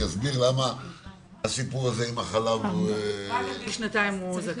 שיסביר למה הסיפור הזה עם החלב הוא --- רק עד גיל שנתיים הוא זכאי.